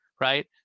right